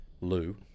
Lou